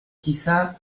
quizá